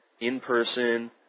in-person